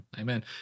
Amen